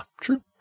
true